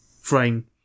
frame